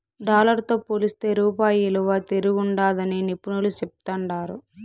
dollar తో పోలిస్తే రూపాయి ఇలువ తిరంగుండాదని నిపునులు చెప్తాండారు